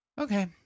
Okay